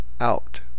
out